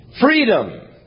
Freedom